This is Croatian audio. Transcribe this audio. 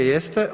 Jeste.